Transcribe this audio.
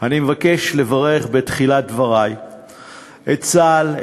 אני מבקש לברך בתחילת דברי את צה"ל,